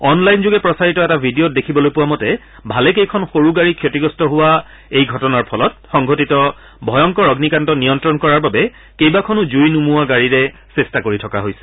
অনলাইনযোগে প্ৰচাৰিত এটা ভিডিঅত দেখিবলৈ পোৱা মতে ভালেকেইখন সৰু গাড়ী ক্ষতিগ্ৰস্ত হোৱা এই ঘটনাৰ ফলত সংঘটিত ভয়ংকৰ অগ্নিকাণ্ড নিয়ন্ত্ৰণ কৰাৰ বাবে কেইবাখনো জুই নুমওৱা গাডীৰে চেষ্টা কৰি থকা হৈছে